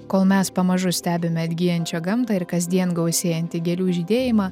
kol mes pamažu stebime atgyjančią gamtą ir kasdien gausėjantį gėlių žydėjimą